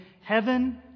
heaven